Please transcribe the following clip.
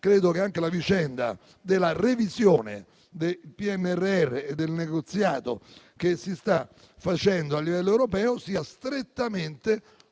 quindi, che anche la vicenda della revisione del PNRR e del negoziato che si sta facendo a livello europeo sia strettamente